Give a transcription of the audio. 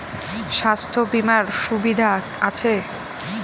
স্বাস্থ্য বিমার সুবিধা আছে?